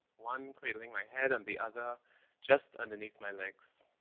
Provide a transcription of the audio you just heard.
one cradling my head and the other just underneath my legs.